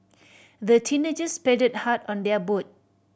the teenagers paddled hard on their boat